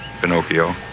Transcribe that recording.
Pinocchio